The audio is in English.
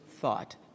thought